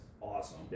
awesome